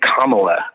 Kamala